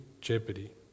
jeopardy